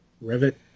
Rivet